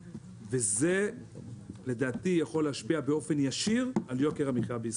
וזה יכול להשפיע באופן ישיר על יוקר המחיה בישראל.